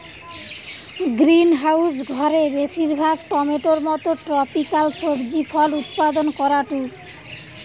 greenhouse ঘরে বেশিরভাগ টমেটোর মতো ট্রপিকাল সবজি ফল উৎপাদন করাঢু